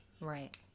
Right